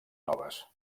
noves